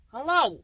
Hello